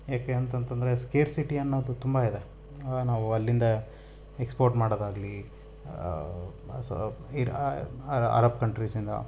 ಏಕೆ ಅಂತ ಅಂತಂದರೆ ಸ್ಕೇರ್ಸಿಟಿ ಅನ್ನೋದು ತುಂಬ ಇದೆ ನಾವು ಅಲ್ಲಿಂದ ಎಕ್ಸ್ಪೋರ್ಟ್ ಮಾಡೋದಾಗಲಿ ಸೊ ಅರಬ್ ಕಂಟ್ರೀಸಿಂದ